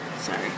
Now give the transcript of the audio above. Sorry